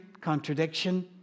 contradiction